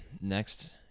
Next